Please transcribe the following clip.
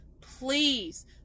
please